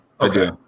Okay